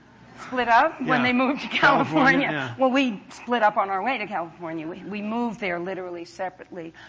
split up when they move to california? well, we split up on our way to california. we moved there, literally, separately.